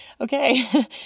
okay